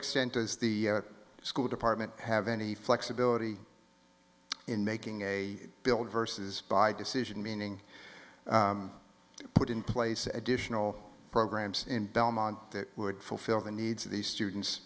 extent does the school department have any flexibility in making a build versus buy decision meaning put in place additional programs in belmont that would fulfill the needs of these students